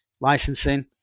licensing